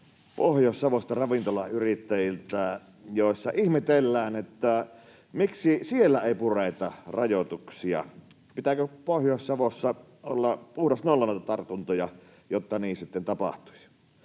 Pohjois-Savosta ravintolayrittäjiltä vihaisia yhteydenottoja, joissa ihmetellään, miksi siellä ei pureta rajoituksia. Pitääkö Pohjois-Savossa olla puhdas nolla noita tartuntoja, jotta niin tapahtuisi?